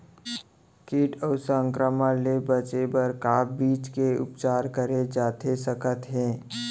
किट अऊ संक्रमण ले बचे बर का बीज के उपचार करे जाथे सकत हे?